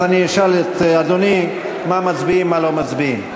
אז אשאל את אדוני מה מצביעים, מה לא מצביעים.